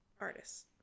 artists